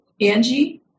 Angie